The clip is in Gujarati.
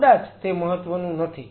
કદાચ તે મહત્વનું નથી